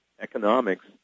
economics